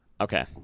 Okay